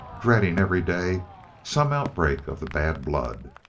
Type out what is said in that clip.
dreading every day some outbreak of the bad blood!